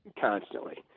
constantly